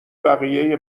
بقیه